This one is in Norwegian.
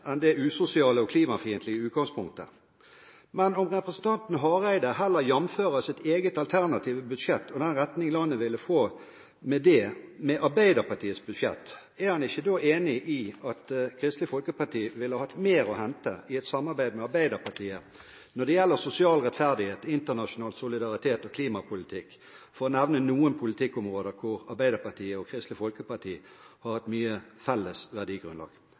enn det usosiale og klimafiendtlige utgangspunktet. Men om representanten Hareide heller jamfører sitt eget alternative budsjett og den retningen landet ville få med det, med Arbeiderpartiets budsjett, er han ikke da enig i at Kristelig Folkeparti ville hatt mer å hente på et samarbeid med Arbeiderpartiet når det gjelder sosial rettferdighet, internasjonal solidaritet og klimapolitikk – for å nevne noen politikkområder hvor Arbeiderpartiet og Kristelig Folkeparti har hatt et felles verdigrunnlag